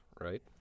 right